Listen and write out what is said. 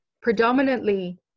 Predominantly